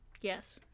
Yes